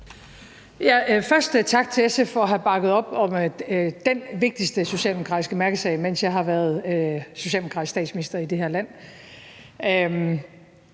tak til SF for at have bakket op om den vigtigste socialdemokratiske mærkesag, mens jeg har været socialdemokratisk statsminister i det her land.